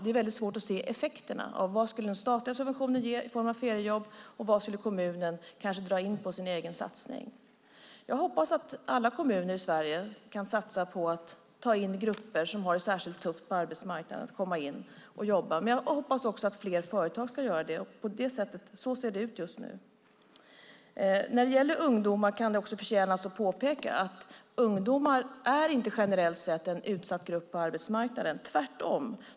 Det är väldigt svårt att se effekterna, vad den statliga subventionen skulle ge i form av feriejobb och vad kommunen kanske skulle dra in på sin egen satsning. Jag hoppas att alla kommuner i Sverige kan satsa på att ta in grupper som har det särskilt tufft på arbetsmarknaden att komma in och jobba, men jag hoppas också att fler företag ska göra det. Och så ser det ut just nu. När det gäller ungdomar kan det också förtjäna att påpekas att ungdomar generellt sett inte är en utsatt grupp på arbetsmarknaden - tvärtom.